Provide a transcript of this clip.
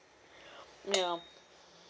ya